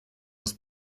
aus